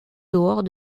dehors